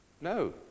No